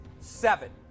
seven